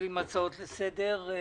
נתחיל עם הצעות לסדר.